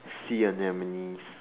sea anemones